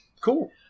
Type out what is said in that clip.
Cool